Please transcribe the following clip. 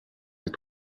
des